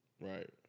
Right